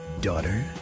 daughter